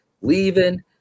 Leaving